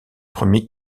premiers